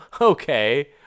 okay